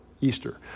Easter